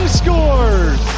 scores